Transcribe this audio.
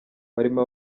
barimo